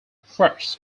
first